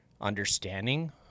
understanding